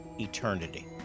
eternity